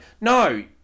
no